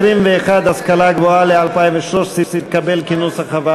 לשנת הכספים 2013, לא נתקבלו.